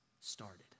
started